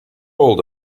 old